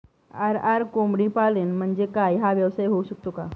RR कोंबडीपालन म्हणजे काय? हा व्यवसाय होऊ शकतो का?